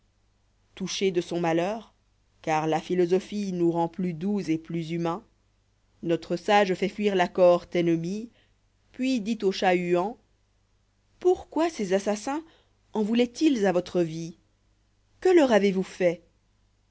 touché de son malheur car la philosophie nous rend plus doux et plus humains notre sage fait fuir la cohorte ennemie puis dit eu chat-huant pourquoi ces assassins en voùloient ils à votre vie que leur avez vous fait